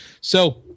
So-